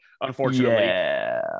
unfortunately